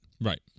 Right